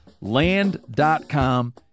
Land.com